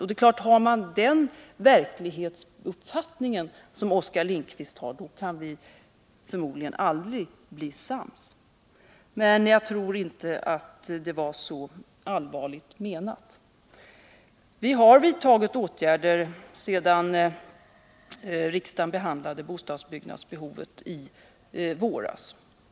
Om Oskar Lindkvist har en sådan verklighetsuppfattning kan vi förmodligen aldrig bli sams. Men jag tror inte att hans påstående var så allvarligt menat. Vi har vidtagit åtgärder sedan riksdagen i våras behandlade frågan om bostadsbyggnadsbehovet.